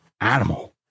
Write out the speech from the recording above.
animal